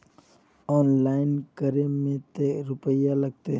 Online करे में ते रुपया लगते?